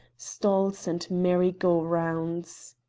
stalls, and merry-go-rounds.